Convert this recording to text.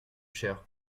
chère